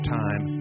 time